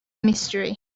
mystery